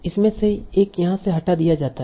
इसमें से एक यहाँ से हटा दिया जाता है